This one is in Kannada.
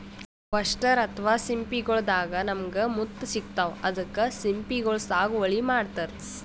ಒಸ್ಟರ್ ಅಥವಾ ಸಿಂಪಿಗೊಳ್ ದಾಗಾ ನಮ್ಗ್ ಮುತ್ತ್ ಸಿಗ್ತಾವ್ ಅದಕ್ಕ್ ಸಿಂಪಿಗೊಳ್ ಸಾಗುವಳಿ ಮಾಡತರ್